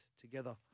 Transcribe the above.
together